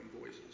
voices